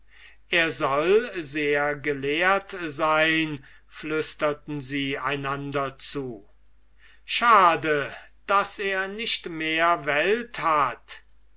er soll sehr gelehrt sein flisterten sie einander zu schade daß er nicht mehr welt hat